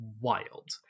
wild